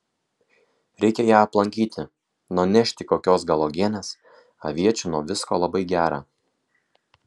reikia ją aplankyti nunešti kokios gal uogienės aviečių nuo visko labai gera